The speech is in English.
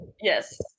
Yes